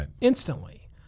instantly